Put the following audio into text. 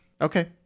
Okay